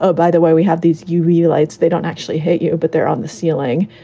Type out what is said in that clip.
ah by the way, we have these, you realise they don't actually hate you, but they're on the ceiling.